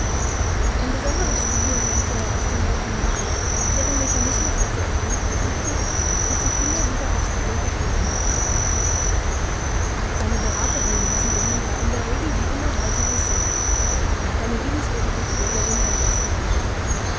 ein besonderes studium machte er aus den automaten deren mechanismus er zu ergründen suchte und sich immer wieder aufs neue erklären ließ seine beraterin in diesen dingen war in der regel die immer heitere se seine liebenswürdige pflegerin beim ersten erwachen